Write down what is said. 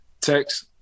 text